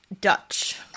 Dutch